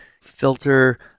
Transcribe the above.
filter